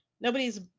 nobody's